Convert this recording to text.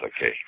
okay